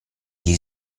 gli